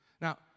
Now